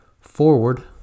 forward